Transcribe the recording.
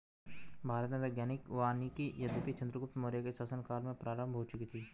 भारत में वैज्ञानिक वानिकी यद्यपि चंद्रगुप्त मौर्य के शासन काल में प्रारंभ हो चुकी थी